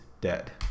dead